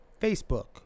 Facebook